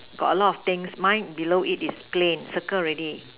got a lot of things mine below it is plain circle already